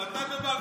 מתי בבלפור?